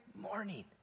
morning